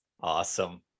Awesome